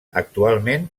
actualment